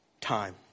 time